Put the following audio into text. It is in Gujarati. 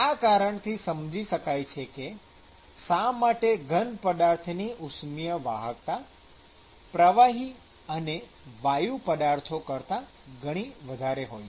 આ કારણ થી સમજી શકાય છે કે શા માટે ઘન પદાર્થની ઉષ્મિય વાહકતા પ્રવાહી અને વાયુ પદાર્થો કરતાં ઘણી વધારે હોય છે